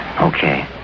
Okay